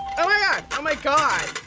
oh my god. oh my god.